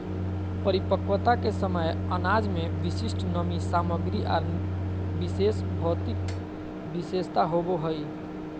परिपक्वता के समय अनाज में विशिष्ट नमी सामग्री आर विशेष भौतिक विशेषता होबो हइ